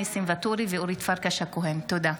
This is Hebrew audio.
ניסים ואטורי ואורית פרקש הכהן בנושא: